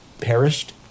perished